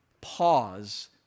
Pause